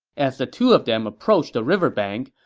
as the two of them approached the river bank,